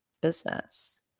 business